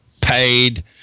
paid